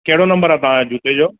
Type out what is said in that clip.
कहिड़ो नम्बर आहे तव्हांजे जूते जो